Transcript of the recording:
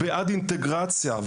בעד אינטגרציה.